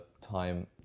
time